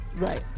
Right